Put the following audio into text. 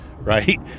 right